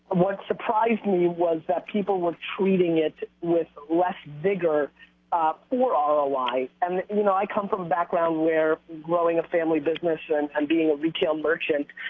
what surprised me was that people were treating it with less bigger or roi ah like and, you know, i come from a background where growing a family business and and being a retail merchant,